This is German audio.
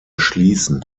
schließen